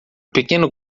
pequeno